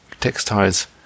textiles